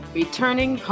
returning